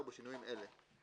ובשינויים אלה: